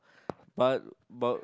but but